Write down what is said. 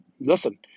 Listen